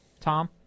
tom